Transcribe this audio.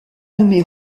nommé